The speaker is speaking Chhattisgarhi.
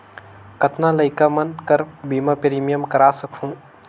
कतना लइका मन कर बीमा प्रीमियम करा सकहुं?